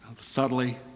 subtly